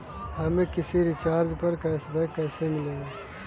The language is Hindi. हमें किसी रिचार्ज पर कैशबैक कैसे मिलेगा?